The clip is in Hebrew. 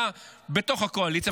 היה בתוך הקואליציה,